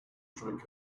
strike